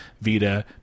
Vita